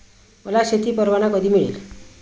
मला शेती परवाना कधी मिळेल?